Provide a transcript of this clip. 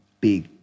big